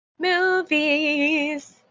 Movies